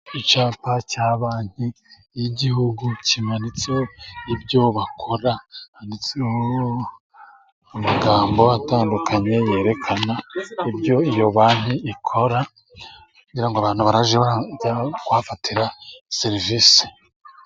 Icyapa cya Banki y'igihugu kimanitseho ibyo bakora. Handitseho amagambo atandukanye yerekana ibyo iyo banki ikora, kugira abantu baraje bajya kuhafatira serivise.